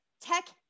Tech